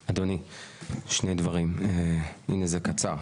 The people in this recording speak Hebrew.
אדוני, הנה זה קצר.